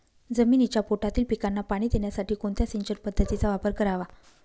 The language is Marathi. जमिनीच्या पोटातील पिकांना पाणी देण्यासाठी कोणत्या सिंचन पद्धतीचा वापर करावा?